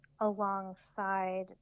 alongside